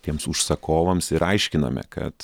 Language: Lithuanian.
tiems užsakovams ir aiškiname kad